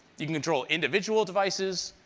you can control individual devices,